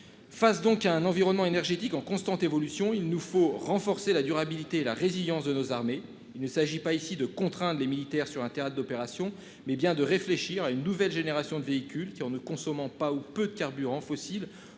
Face, donc à un environnement énergétique en constante évolution. Il nous faut renforcer la durabilité et la résilience de nos armées. Il ne s'agit pas ici de contraindre les militaires sur un théâtre d'opération mais bien de réfléchir à une nouvelle génération de véhicules qui en ne consommant pas ou peu de carburant fossile